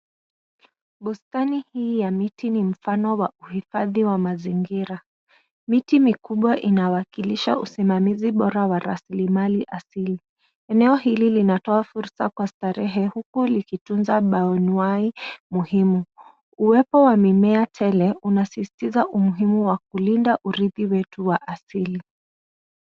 Bustani hii ya miti ni mfano wa uhifadhi wa mazingira. Miti mikubwa inawakilisha usimamizi bora wa rasilimali asili. Eneo hili linatoa fursa kwa starehe, huku likitunza baonuhai muhimu. Uwepo wa mimea tele unasisitiza umuhimu wa kulinda urithi wetu wa asili.